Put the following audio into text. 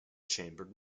chambered